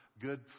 good